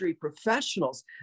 professionals